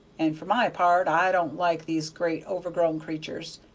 and for my part i don't like these great overgrown creatur's.